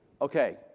Okay